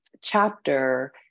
chapter